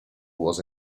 was